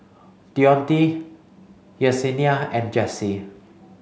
Dionte Yesenia and Jesse